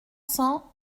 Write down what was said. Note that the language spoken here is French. cents